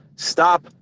Stop